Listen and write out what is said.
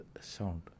sound